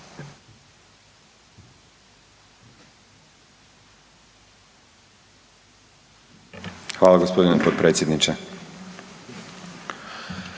Hvala lijepo potpredsjedniče.